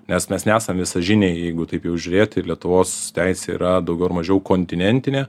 nes mes nesam visažiniai jeigu taip jau žiūrėti lietuvos teisė yra daugiau ar mažiau kontinentinė